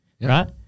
right